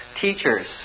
Teachers